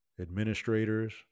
administrators